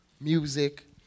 music